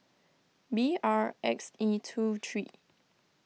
B R X E two three